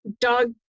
dog